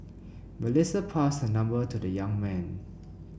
Melissa passed her number to the young man